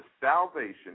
salvation